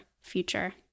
future